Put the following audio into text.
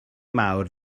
mawr